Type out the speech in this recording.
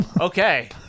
Okay